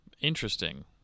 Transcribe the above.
Interesting